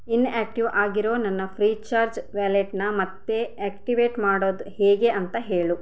inactive ಆಗಿರೋ ನನ್ನ FreeCharge ವ್ಯಾಲೆಟ್ನ ಮತ್ತೆ ಆಕ್ಟಿವೇಟ್ ಮಾಡೋದು ಹೇಗೆ ಅಂತ ಹೇಳು